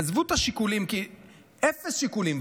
עזבו את השיקולים, כי אפס שיקולים.